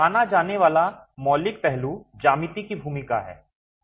माना जाने वाला मौलिक पहलू ज्यामिति की भूमिका है